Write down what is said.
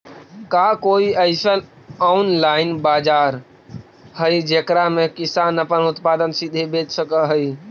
का कोई अइसन ऑनलाइन बाजार हई जेकरा में किसान अपन उत्पादन सीधे बेच सक हई?